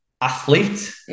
athlete